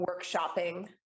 workshopping